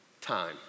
time